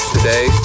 Today